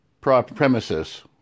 premises